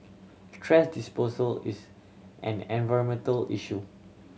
thrash disposal is an environmental issue